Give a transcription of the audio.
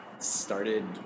started